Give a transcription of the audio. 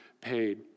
paid